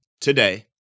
Today